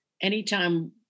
anytime